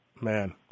man